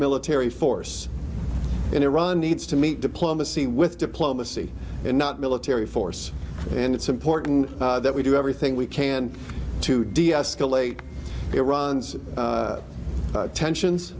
military force and iran needs to meet diplomacy with diplomacy and not military force and it's important that we do everything we can to deescalate iran's tensions